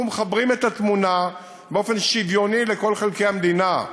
אנחנו מחברים את התמונה באופן שוויוני לכל חלקי המדינה.